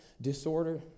disorder